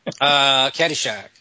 caddyshack